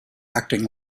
acting